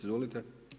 Izvolite.